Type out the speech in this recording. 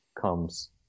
comes